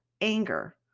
anger